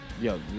yo